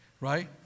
Right